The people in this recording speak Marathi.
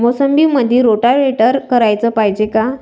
मोसंबीमंदी रोटावेटर कराच पायजे का?